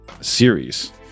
series